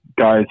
guys